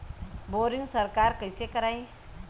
Boring सरकार कईसे करायी?